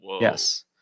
Yes